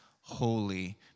holy